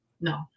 No